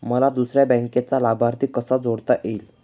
मला दुसऱ्या बँकेचा लाभार्थी कसा जोडता येईल?